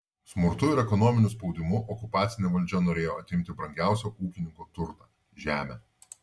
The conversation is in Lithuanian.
smurtu ir ekonominiu spaudimu okupacinė valdžia norėjo atimti brangiausią ūkininko turtą žemę